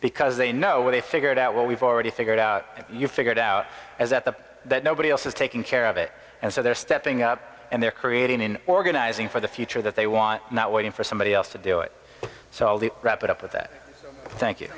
because they know they've figured out what we've already figured out you figured out is that the nobody else is taking care of it and so they're stepping up and they're creating in organizing for the future that they want not waiting for somebody else to do it so all the wrap it up with that thank you